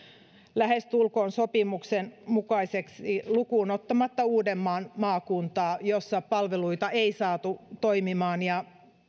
lähestulkoon sopimuksen mukaiseksi lukuun ottamatta uudenmaan maakuntaa jossa palveluita ei saatu toimimaan